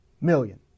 million